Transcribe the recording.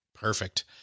Perfect